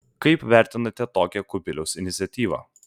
kaip vertinate tokią kubiliaus iniciatyvą